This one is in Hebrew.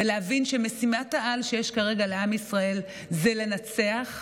ולהבין שמשימת-העל שיש כרגע לעם ישראל היא לנצח,